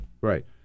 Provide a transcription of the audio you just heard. Right